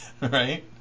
right